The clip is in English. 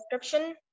description